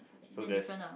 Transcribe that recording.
so there's